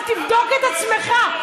עאידה הצביעה בעד.